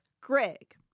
Greg